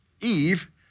Eve